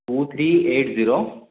two three eight zero